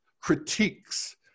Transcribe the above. critiques